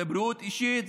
זו בריאות אישית,